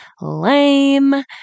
Lame